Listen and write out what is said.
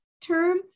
term